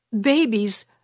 babies